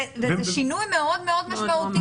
זה שינוי מאוד מאוד משמעותי.